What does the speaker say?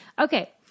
Okay